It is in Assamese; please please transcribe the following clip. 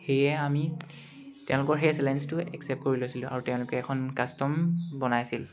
সেয়ে আমি তেওঁলোকৰ সেই চেলেঞ্জটো একচেপ্ট কৰি লৈছিলোঁ আৰু তেওঁলোকে এখন কাষ্টম বনাইছিল